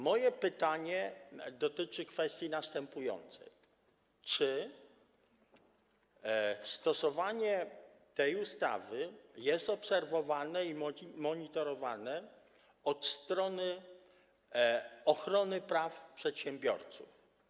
Moje pytanie dotyczy kwestii następującej: Czy stosowanie tej ustawy jest obserwowane i monitorowane od strony ochrony praw przedsiębiorców?